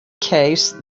case